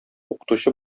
укытучы